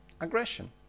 Aggression